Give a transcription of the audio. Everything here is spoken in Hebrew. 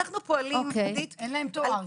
אנחנו פועלים עידית -- אין להם תואר,